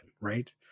right